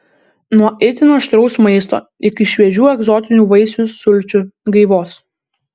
nuo itin aštraus maisto iki šviežių egzotinių vaisių sulčių gaivos